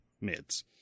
mids